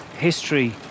history